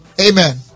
Amen